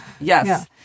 Yes